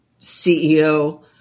CEO